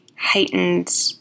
heightened